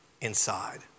inside